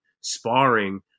sparring